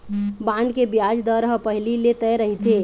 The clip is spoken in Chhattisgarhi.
बांड के बियाज दर ह पहिली ले तय रहिथे